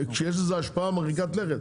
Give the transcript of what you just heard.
כשיש לזה השפעה מרחיקת לכת.